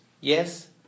yes